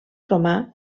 romà